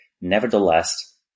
Nevertheless